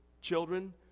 children